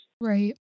Right